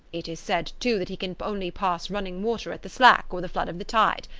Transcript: it is said, too, that he can only pass running water at the slack or the flood of the tide.